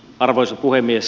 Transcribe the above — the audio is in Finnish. arvoisa puhemies